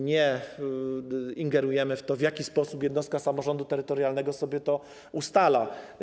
Nie ingerujemy w to, w jaki sposób jednostka samorządu terytorialnego sobie to ustala.